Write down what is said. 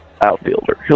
outfielder